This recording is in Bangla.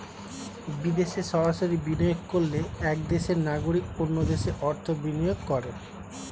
বিদেশে সরাসরি বিনিয়োগ করলে এক দেশের নাগরিক অন্য দেশে অর্থ বিনিয়োগ করে